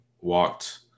walked